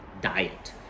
diet